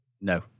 No